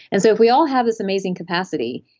and so if we all have this amazing capacity,